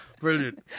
Brilliant